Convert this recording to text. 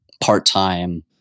part-time